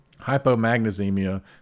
hypomagnesemia